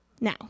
now